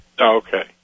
Okay